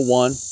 one